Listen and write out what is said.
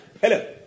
hello